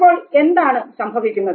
അപ്പോൾ എന്താണ് സംഭവിക്കുന്നത്